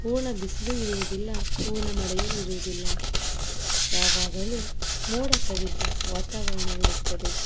ಪೂರ್ಣ ಬಿಸಿಲೂ ಇರುವುದಿಲ್ಲ ಪೂರ್ಣ ಮಳೆಯೂ ಇರುವುದಿಲ್ಲ ಯಾವಾಗಲೂ ಮೋಡ ಕವಿದ ವಾತಾವರಣವಿರುತ್ತದೆ